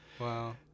Wow